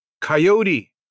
Coyote